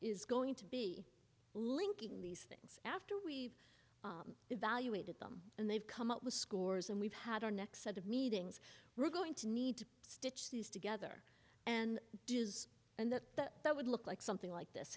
is going to be linking these things after we've evaluated them and they've come up with scores and we've had our next set of meetings we're going to need to stitch these together and does and that that would look like something like this